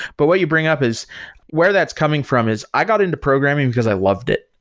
but what you bring up is where that's coming from is i got into programming because i loved it,